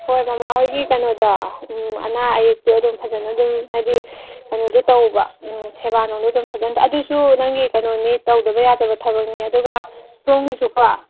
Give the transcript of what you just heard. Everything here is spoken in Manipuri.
ꯍꯣꯏ ꯃꯃꯥ ꯍꯣꯏꯒꯤ ꯀꯩꯅꯣꯗꯣ ꯑꯅꯥ ꯑꯌꯦꯛꯇꯣ ꯑꯗꯨꯝ ꯐꯖꯅ ꯑꯗꯨꯝ ꯍꯥꯏꯗꯤ ꯀꯩꯅꯣꯗꯨ ꯇꯧꯕ ꯁꯦꯕꯥ ꯅꯨꯡꯗꯨ ꯑꯗꯨꯝ ꯐꯖꯅ ꯇꯧ ꯑꯗꯨꯁꯨ ꯅꯪꯒꯤ ꯀꯩꯅꯣꯅꯤ ꯇꯧꯗꯕ ꯌꯥꯗꯕ ꯊꯕꯛꯅꯤ ꯑꯗꯨꯒ ꯁꯣꯝꯒꯤꯁꯨꯀꯣ